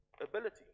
ability